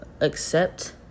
accept